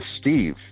Steve